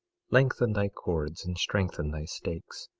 lengthen thy cords and strengthen thy stakes